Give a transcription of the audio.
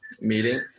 meeting